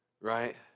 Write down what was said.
right